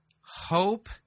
hope